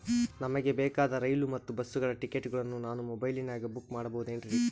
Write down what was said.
ನಮಗೆ ಬೇಕಾದ ರೈಲು ಮತ್ತ ಬಸ್ಸುಗಳ ಟಿಕೆಟುಗಳನ್ನ ನಾನು ಮೊಬೈಲಿನಾಗ ಬುಕ್ ಮಾಡಬಹುದೇನ್ರಿ?